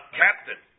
captain